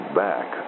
back